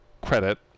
credit